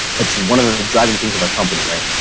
it's one of the driving things of our company, right?